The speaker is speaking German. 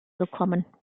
gekommen